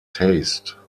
taste